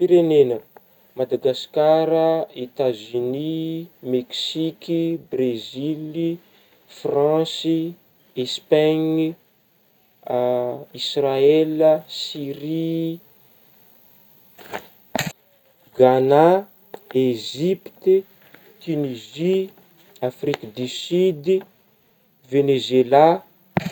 Firenegna, Madagasikara, Etazonia, Mexique Brezily, France, Espaigny Israela, Syria Ghana, Ezipty ,Tunizie, Afrique du Sud, Venizela.